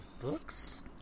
Books